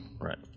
Right